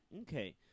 Okay